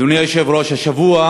אדוני היושב-ראש, השבוע